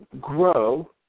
grow